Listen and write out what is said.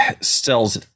sells